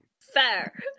Fair